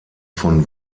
von